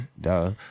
duh